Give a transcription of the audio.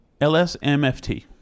LSMFT